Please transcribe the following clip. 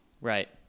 Right